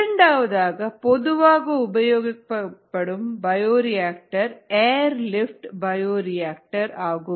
இரண்டாவதாக பொதுவாக உபயோகிக்கப்படும் பயோரியாக்டர் ஏர் லிப்ட் பயோரியாக்டர் ஆகும்